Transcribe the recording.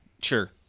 Sure